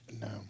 No